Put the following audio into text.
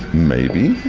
maybe.